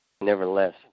nevertheless